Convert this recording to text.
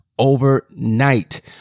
Overnight